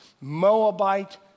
Moabite